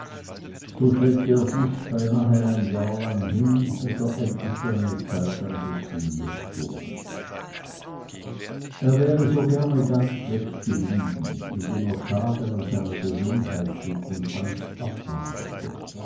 so schleppte er sich beinahe ein jahr lang hin bis er endlich für eine zeitlang suspendiert wurde er wäre so gerne ganz weggeblieben indem er schaden an seiner gesundheit litt und ganz abmagerte